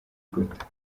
ghouta